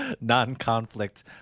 non-conflict